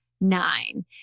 nine